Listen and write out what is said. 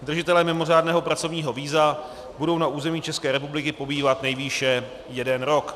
Držitelé mimořádného pracovního víza budou na území České republiky pobývat nejvýše jeden rok.